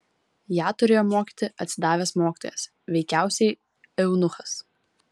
ją turėjo mokyti atsidavęs mokytojas veikiausiai eunuchas